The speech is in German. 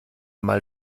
mal